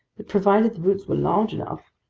that provided the boots were large enough,